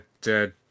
dead